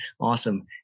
awesome